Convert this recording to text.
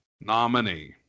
nominee